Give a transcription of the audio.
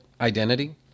identity